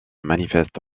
manifeste